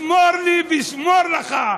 שמור לי ואשמור לך.